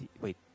Wait